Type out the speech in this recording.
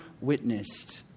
witnessed